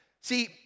See